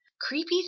creepy